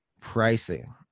pricing